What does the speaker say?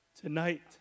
Tonight